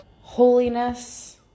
holiness